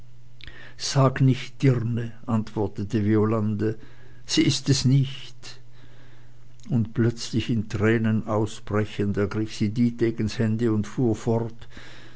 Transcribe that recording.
sag nicht dirne antwortete violande sie ist es nicht und plötzlich in tränen ausbrechend ergriff sie dietegens hände und fuhr fort